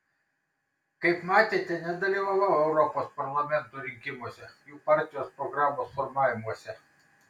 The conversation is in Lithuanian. kaip matėte nedalyvavau europos parlamento rinkimuose jų partijos programos formavimuose